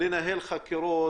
לנהל חקירות,